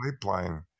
pipeline